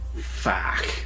fuck